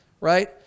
right